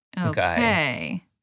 okay